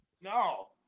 No